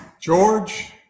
George